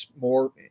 more